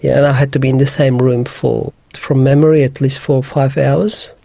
yeah and i had to be in the same room for, from memory, at least four or five hours.